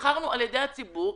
נבחרנו על ידי הציבור,